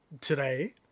today